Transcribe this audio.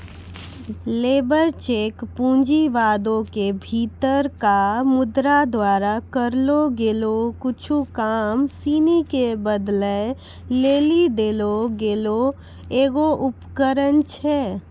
labour cheque पूँजीवादो के भीतरका मुद्रा द्वारा करलो गेलो कुछु काम सिनी के बदलै लेली देलो गेलो एगो उपकरण छै